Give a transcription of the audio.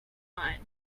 mind